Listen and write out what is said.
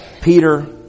Peter